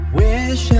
wish